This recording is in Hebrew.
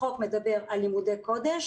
החוק מדבר על לימודי קודש